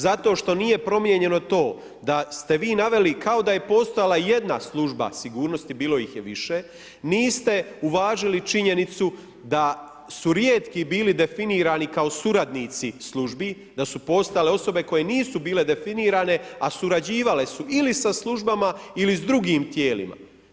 Zato što nije promijenjeno to da ste vi naveli kao da je postojala jedna služba sigurnosti, bilo ih je više, niste uvažili činjenicu da su rijetku bili definirano kao suradnici službi, da su postojale osobe koje nisu bile definirane a surađivale su ili sa službama ili sa drugim tijelima.